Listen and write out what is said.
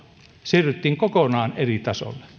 siirryttiin kokonaan eri tasolle